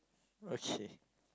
okay